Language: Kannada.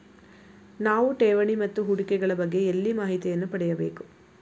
ನಾವು ಠೇವಣಿ ಮತ್ತು ಹೂಡಿಕೆ ಗಳ ಬಗ್ಗೆ ಎಲ್ಲಿ ಮಾಹಿತಿಯನ್ನು ಪಡೆಯಬೇಕು?